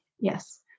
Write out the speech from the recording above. Yes